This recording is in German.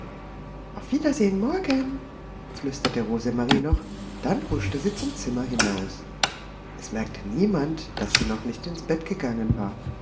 auf wiedersehen morgen flüsterte rosemarie noch dann huschte sie zum zimmer hinaus es merkte niemand daß sie noch nicht ins bett gegangen war